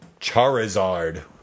Charizard